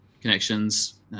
connections